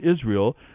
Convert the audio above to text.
Israel